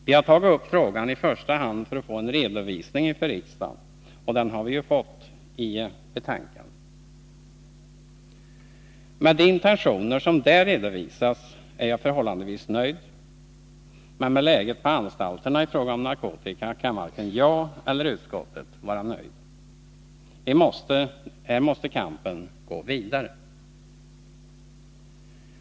Vi har tagit upp frågan i första hand för att få en redovisning inför riksdagen, och den har vi ju fått i betänkandet. Med de intentioner som där redovisas är jag förhållandevis nöjd, men med läget på anstalterna i fråga om narkotika kan varken jag eller utskottet vara nöjda. Här måste kampen gå vidare.